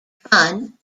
fun